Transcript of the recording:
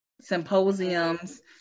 symposiums